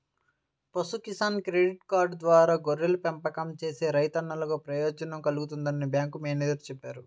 పశు Kisan credit card ద్వారా గొర్రెల పెంపకం చేసే రైతన్నలకు ప్రయోజనం కల్గుతుందని బ్యాంకు మేనేజేరు చెప్పారు